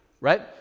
right